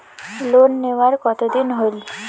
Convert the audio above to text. Loan নেওয়ার কতদিন হইল?